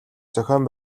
зохион